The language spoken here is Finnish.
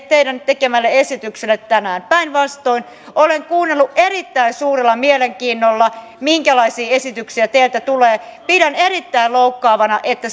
teidän tekemällenne esitykselle tänään päinvastoin olen kuunnellut erittäin suurella mielenkiinnolla minkälaisia esityksiä teiltä tulee pidän erittäin loukkaavana että